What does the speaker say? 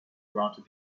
granted